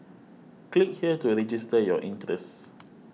click here to register your interest